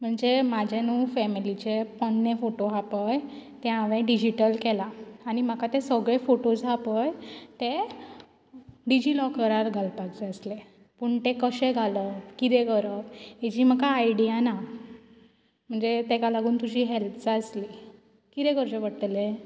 म्हणजे म्हाजें न्हूं फेमिलिचें पोरणें फोटो हा पय तें हांवें डिजिटल केलां आनी म्हाका ते सगळे फोटोज हा पय ते डिजी लॉकरार घालपाक जाय आसले पूण ते कशें घालप कितें करप हेजी म्हाका आयडिया ना म्हणजे तेका लागून तुजी हेल्प जाय आसली कितें करचें पडटलें